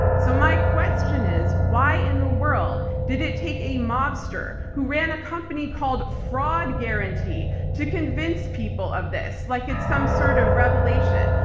so, my question is, why in the world did it take a mobster who ran a company called fraud guarantee guarantee to convince people of this? like it's some sort of revelation?